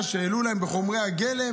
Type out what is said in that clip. שהעלו להם את חומרי הגלם.